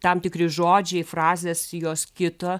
tam tikri žodžiai frazės jos kito